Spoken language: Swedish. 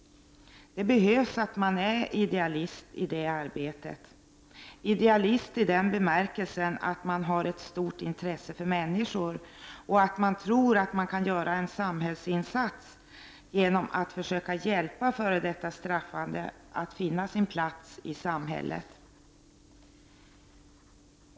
Det krävs att man är idealist i det arbetet, idealist i den bemärkelsen att man har ett stort intresse för människor och att man tror att man kan göra en samhällsinsats genom att försöka hjälpa före detta straffade att finna sin plats i samhället.